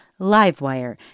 LiveWire